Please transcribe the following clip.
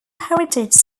heritage